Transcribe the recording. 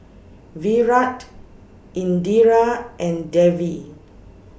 Virat Indira and Devi